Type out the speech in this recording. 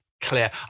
clear